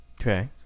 Okay